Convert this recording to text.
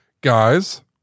guys